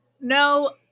no